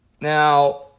Now